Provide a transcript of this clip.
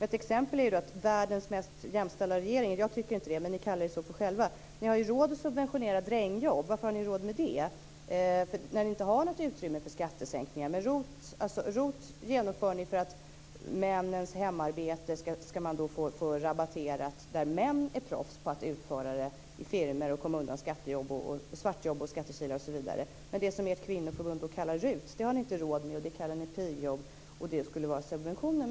Ett exempel är att världens mest jämställda regering - jag tycker inte att det är så, men ni kallar er så själva - har råd att subventionera drängjobb. Varför har ni råd med det när ni inte har något utrymme för skattesänkningar? Ni genomför ROT för att männens hemarbete skall rabatteras. Det gäller områden där män är proffs på att utföra arbete i firmor och komma undan svartjobb och skattekilar osv. Det som ert kvinnoförbund kallar RUT har ni inte råd med. Det kallar ni pigjobb, och ni säger att det skulle vara subventioner.